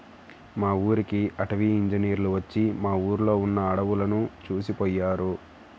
మా ఊరికి అటవీ ఇంజినీర్లు వచ్చి మా ఊర్లో ఉన్న అడువులను చూసిపొయ్యారు